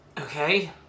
Okay